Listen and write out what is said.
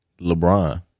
LeBron